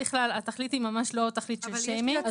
התכלית היא ממש לא תכלית של שיימינג.